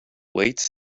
weights